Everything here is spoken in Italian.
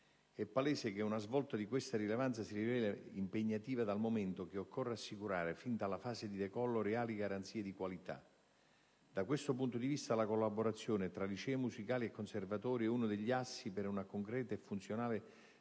È palese che una svolta di questa rilevanza si rivela impegnativa dal momento che occorre assicurare fin dalla fase di decollo reali garanzie di qualità; da questo punto di vista, la collaborazione tra licei musicali e conservatori è uno degli assi per una concreta e funzionale strategia di